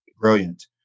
Brilliant